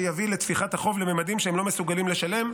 שיביא לתפיחת החוב לממדים שהם לא מסוגלים לשלם.